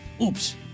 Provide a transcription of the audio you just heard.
oops